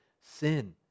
sin